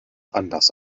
anders